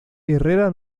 herrera